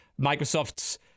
Microsoft's